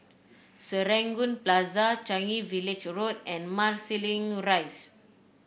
Serangoon Plaza Changi Village Road and Marsiling Rise